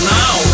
now